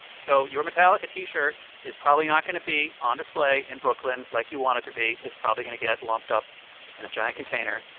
so your metallica t-shirt is probably not going to be on display in brooklyn like you want it to be it's probably going to get lumped up in a giant container.